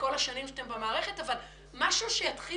בכל השנים שאתם במערכת אבל משהו שיתחיל